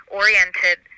oriented